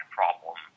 problem